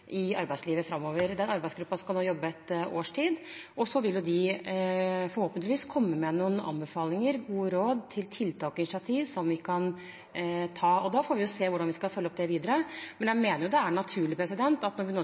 i arbeidslivet framover. Den arbeidsgruppen skal nå jobbe et års tid, og så vil de forhåpentligvis komme med noen anbefalinger, gode råd, om tiltak og initiativ som vi kan ta. Da får vi se hvordan vi skal følge opp det videre. Men jeg mener det er naturlig at når vi nå